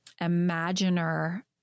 imaginer